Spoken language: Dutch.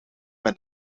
met